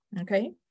Okay